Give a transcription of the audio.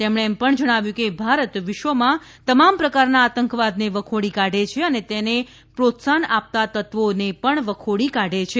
તેમણે જણાવ્યું હતું કે ભારત વિશ્વમાં તમામ પ્રકારના આતંકવાદ ને વખોડી કાઢે છે અને તેને પ્રોત્સાહન આપતા તત્વોને પણ વખોડી કાઢે છે